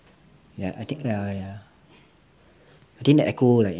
ya ya ya I think the echo like